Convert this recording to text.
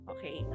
Okay